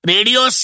Radio